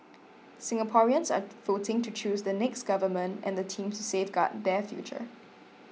Singaporeans are voting to choose the next government and the team to safeguard their future